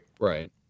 Right